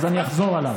אז אני אחזור עליו.